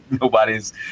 nobody's